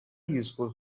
useful